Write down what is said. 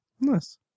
Nice